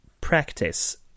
practice